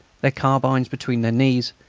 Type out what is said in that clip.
their carbines between their knees,